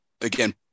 again